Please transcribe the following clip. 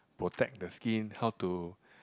protect the skin how to